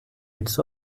its